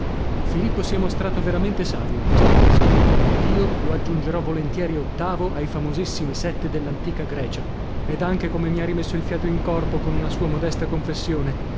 filippo si è mostrato veramente savio in questa occasione ed io lo aggiungerò volentieri ottavo ai famosissimi sette dell'antica grecia ed anche come mi ha rimesso il fiato in corpo con una sua modesta confessione